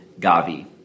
GAVI